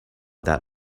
that